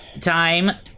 time